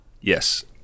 Yes